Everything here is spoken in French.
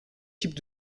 types